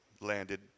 landed